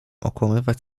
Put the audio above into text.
okłamywać